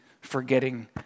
forgetting